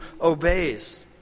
obeys